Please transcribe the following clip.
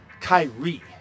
Kyrie